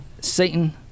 Satan